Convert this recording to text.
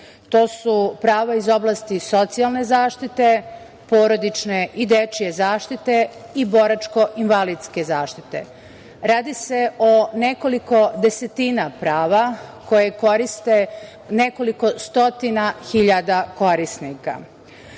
To su prava iz oblasti socijalne zaštite, porodične i dečije zaštite i boračko-invalidske zaštite. Radi se o nekoliko desetina prava koje koriste nekoliko stotina hiljada korisnika.